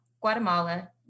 Guatemala